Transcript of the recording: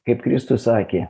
kaip kristus sakė